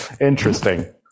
Interesting